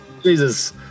Jesus